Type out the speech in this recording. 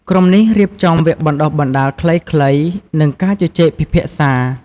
ក្រុមនេះរៀបចំវគ្គបណ្តុះបណ្តាលខ្លីៗ និងការជជែកពិភាក្សា។